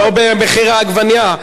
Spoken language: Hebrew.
ולא במחיר העגבנייה,